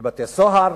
בבתי-סוהר,